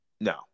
no